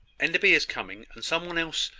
enderby is coming and some one else,